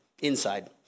inside